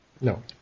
No